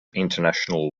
international